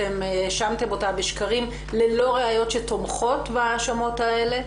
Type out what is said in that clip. אתם האשמתם אותה בשקרים ללא ראיות שתומכות בהאשמות האלה,